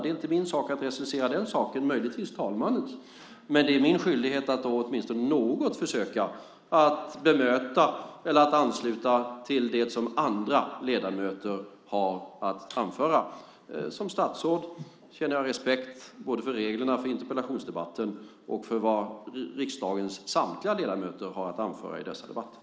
Det är inte min sak att recensera den saken, möjligtvis talmannens. Men det är min skyldighet att då åtminstone något försöka bemöta eller ansluta till det som andra ledamöter har att framföra. Som statsråd känner jag respekt både för reglerna för interpellationsdebatterna och för vad riksdagens samtliga ledamöter har att anföra i dessa debatter.